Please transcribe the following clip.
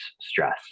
stress